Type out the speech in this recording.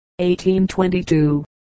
1822